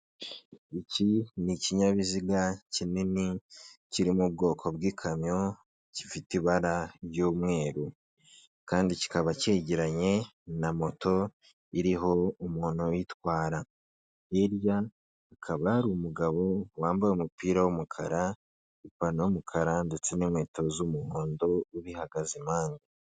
Iki n'ikinyabiziga kinini kiri mu bwoko bw'ikamyo, gifite ibara ry'umweru kandi kikaba cyegeranye na moto iriho umuntu witwara, hirya hakaba hari umugabo wambaye umupira w'umukara ipantaro y'umukara ndetse n'inkweto z'umuhondo ubihagaze impande.